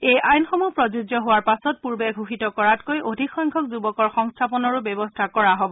এই আইনসমূহ প্ৰযোজ্য হোৱাৰ পাছত পূৰ্বে ঘোষিত কৰাতকৈ অধিক সংখ্যক যুৱকৰ সংস্থাপনৰ ব্যৱস্থা কৰা হ'ব